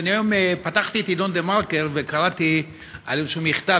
אני פתחתי היום את העיתון "דה-מרקר" וקראתי על איזה מכתב